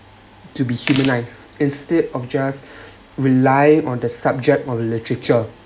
to be humanised instead of just rely on the subject of literature